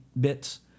bits